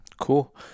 Cool